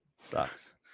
Sucks